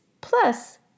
plus